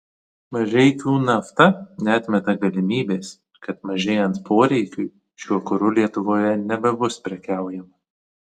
mažeikių nafta neatmeta galimybės kad mažėjant poreikiui šiuo kuru lietuvoje nebebus prekiaujama